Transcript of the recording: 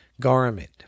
garment